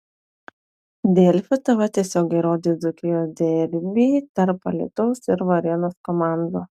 delfi tv tiesiogiai rodys dzūkijos derbį tarp alytaus ir varėnos komandų